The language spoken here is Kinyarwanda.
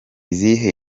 izihe